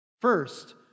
First